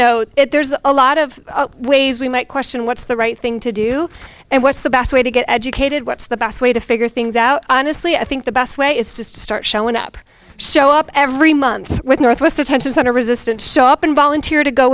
know there's a lot of ways we might question what's the right thing to do and what's the best way to get educated what's the best way to figure things out honestly i think the best way is to start showing up show up every month with northwest detention center resistant so up and volunteer to go